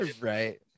Right